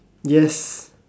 yes